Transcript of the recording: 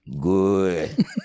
good